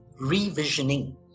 revisioning